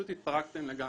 פשוט התפרקתם לגמרי.